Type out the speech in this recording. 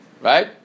Right